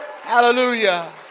Hallelujah